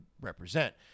represent